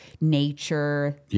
nature